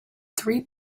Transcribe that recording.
three